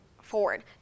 forward